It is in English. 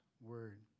Word